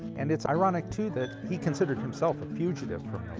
and it's ironic, too, that he considered himself a fugitive from